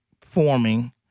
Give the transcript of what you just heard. forming –